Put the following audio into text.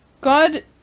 God